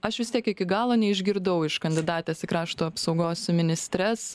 aš vis tiek iki galo neišgirdau iš kandidatės į krašto apsaugos ministres